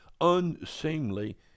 unseemly